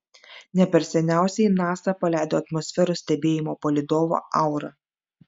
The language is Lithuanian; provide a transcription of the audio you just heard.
ne per seniausiai nasa paleido atmosferos stebėjimo palydovą aura